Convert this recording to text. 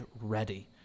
ready